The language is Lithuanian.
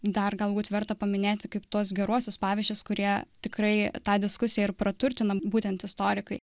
dar galbūt verta paminėti kaip tuos geruosius pavyzdžius kurie tikrai tą diskusiją ir praturtina būtent istorikai